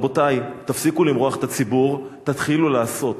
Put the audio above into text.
רבותי, תפסיקו למרוח את הציבור, תתחילו לעשות.